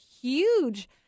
huge